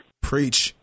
Preach